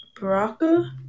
Baraka